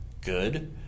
good